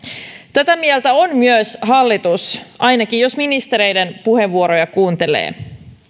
tätä mieltä on myös hallitus ainakin jos ministereiden puheenvuoroja kuuntelee